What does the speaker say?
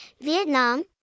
Vietnam